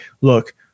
look